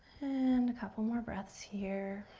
and couple more breaths here.